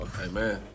Amen